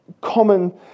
common